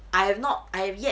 I have not I've yet